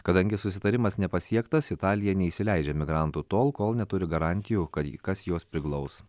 kadangi susitarimas nepasiektas italija neįsileidžia migrantų tol kol neturi garantijų kad kas juos priglaus